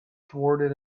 thwarted